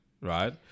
Right